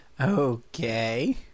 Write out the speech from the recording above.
Okay